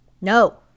No